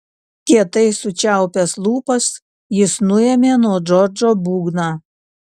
kietai sučiaupęs lūpas jis nuėmė nuo džordžo būgną